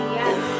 yes